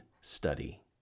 Study